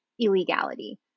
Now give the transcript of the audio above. illegality